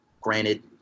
Granted